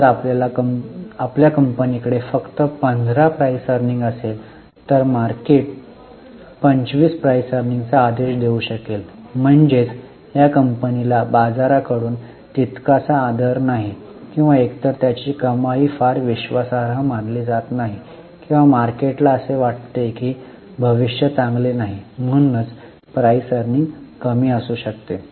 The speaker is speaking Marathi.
जर आपल्या कंपनीकडे फक्त 15 पीई असेल तर मार्केट 25 पीईचा आदेश देऊ शकेल म्हणजेच या कंपनीला बाजाराकडून तितकासा आदर नाही की एकतर त्याची कमाई फार विश्वासार्ह मानली जात नाही किंवा मार्केटला असे वाटते की भविष्य चांगले नाही म्हणूनच पीई रेशो कमी असू शकतो